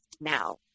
now